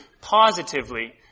positively